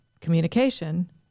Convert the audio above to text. communication